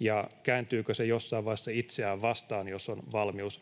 ja kääntyykö se jossain vaiheessa itseään vastaan, jos on valmius